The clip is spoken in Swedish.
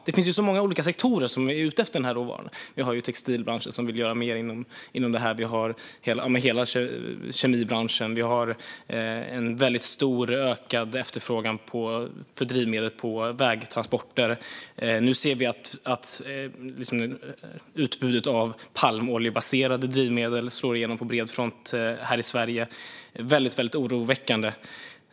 Det finns så många olika sektorer som är ute efter den här råvaran: Vi har textilbranschen, som vill göra mer inom detta, och vi har hela kemibranschen. Vi har en väldigt stor och ökande efterfrågan på drivmedel för vägtransporter. Nu ser vi också att utbudet av palmoljebaserade drivmedel slår igenom på bred front här i Sverige, vilket är väldigt oroväckande.